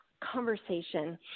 conversation